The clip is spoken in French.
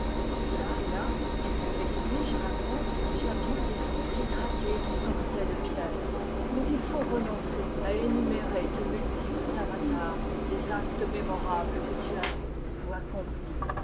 çà et là quelques vestiges racontent que tu as bien des fois fait craquer ton corset de pierre mais il faut renoncer à énumérer tes multiples avatars les actes mémorables que tu as vus ou accomplis